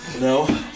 No